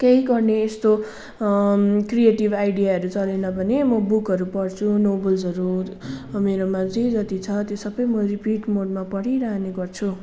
केहि गर्ने यस्तो क्रिएटिभ आइडियाहरू चलेन भने म बुकहरू पढ्छु नोबल्हसरू मेरोमा जे जति छ त्यो सबै म रिपिट मुडमा पढिरहने गर्छु